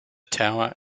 tower